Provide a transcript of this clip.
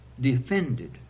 defended